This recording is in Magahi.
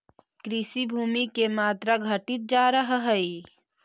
कृषिभूमि के मात्रा घटित जा रहऽ हई